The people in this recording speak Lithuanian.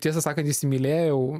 tiesą sakant įsimylėjau